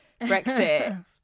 Brexit